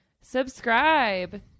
Subscribe